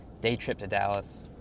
day trip to dallas.